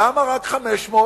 למה רק 500?